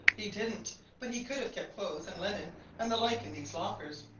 he didn't but he could have kept clothes and linen and the like in these lockers,